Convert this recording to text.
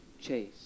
Chase